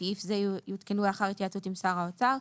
זה יותקנו לאחר התייעצות עם שר האוצר".